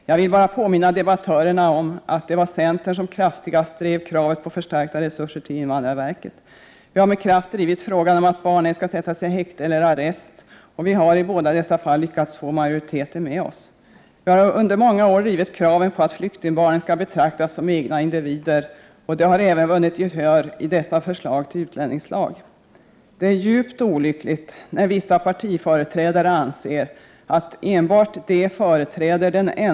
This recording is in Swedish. Jag vill bara påminna debattörerna om att det var centern som kraftigast drev kravet på förstärkta resurser till invandrarverket. Vi har med kraft drivit frågan om att barn ej skall sättas i häkte eller arrest, och vi har i båda dessa fall lyckats få majoriteten med oss. Vi har under många år drivit kraven på att flyktingbarn skall betraktas som egna individer, vilket även har vunnit gehör i detta förslag till utlänningslag. Det är djupt olyckligt när vissa partiföreträdare anser att det är enbart de som företräder den enda rätta — Prot.